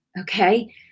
okay